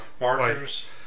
markers